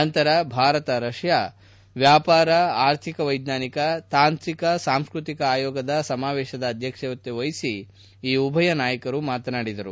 ನಂತರ ಭಾರತ ರಷ್ಣಾ ವ್ವಾಪಾರ ಆರ್ಥಿಕ ವೈಜ್ಞಾನಿಕ ತಾಂತ್ರಿಕ ಸಾಂಸ್ಕೃತಿಕ ಆಯೋಗದ ಸಮಾವೇಶದ ಅಧ್ಯಕ್ಷತೆ ವಹಿಸಿ ಉಭಯ ನಾಯಕರು ಮಾತನಾಡಿದರು